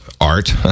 art